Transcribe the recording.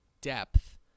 depth